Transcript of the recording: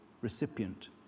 recipient